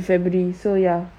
february so ya